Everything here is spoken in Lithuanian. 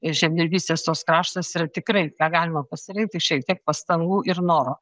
ir žemdirbystės toks kraštas ir tikrai tą galima pasirinkti ir šiek tiek pastangų ir noro